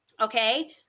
okay